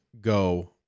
go